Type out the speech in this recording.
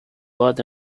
bad